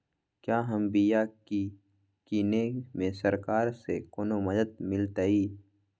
क्या हम बिया की किने में सरकार से कोनो मदद मिलतई?